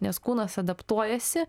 nes kūnas adaptuojasi